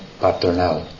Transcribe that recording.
paternal